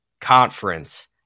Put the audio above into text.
conference